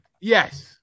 Yes